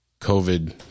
covid